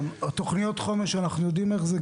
תוכניות החומש אנחנו יודעים איך זה.